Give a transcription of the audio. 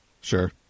Sure